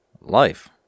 life